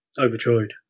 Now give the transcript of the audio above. Overjoyed